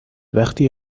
وقتی